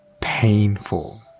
painful